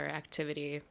activity